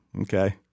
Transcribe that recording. okay